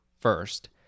first